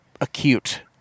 acute